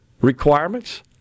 requirements